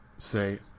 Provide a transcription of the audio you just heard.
say